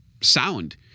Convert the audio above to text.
sound